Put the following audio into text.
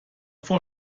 vor